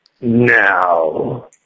Now